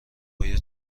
باید